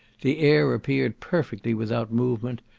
the air appeared perfectly without movement,